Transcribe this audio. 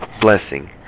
blessing